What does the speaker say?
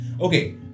Okay